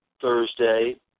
Thursday